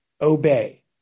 obey